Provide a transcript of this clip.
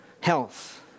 health